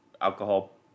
alcohol